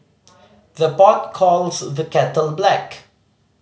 the pot calls the kettle black